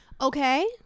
okay